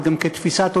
אבל גם כתפיסת עולם,